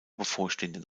bevorstehenden